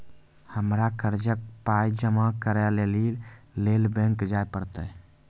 हमरा कर्जक पाय जमा करै लेली लेल बैंक जाए परतै?